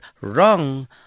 wrong